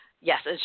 Yes